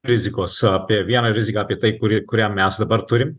rizikos apie vieną riziką apie tai kuri kurią mes dabar turim